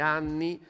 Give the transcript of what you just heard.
anni